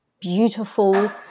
beautiful